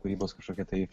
kūrybos kažkokia tai